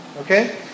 okay